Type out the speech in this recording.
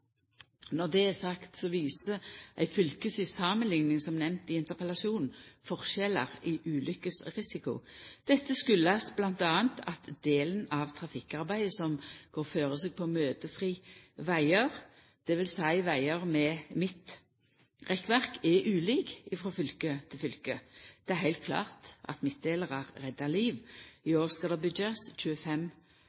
Når det er sagt, viser ei fylkesvis samanlikning, som nemnt i interpellasjonen, forskjellar i ulukkesrisiko. Dette kjem bl.a. av at delen av trafikkarbeid som går føre seg på møtefrie vegar – det vil seia vegar med midtrekkverk – er ulik frå fylke til fylke. Det er heilt klart at midtdelarar reddar liv. I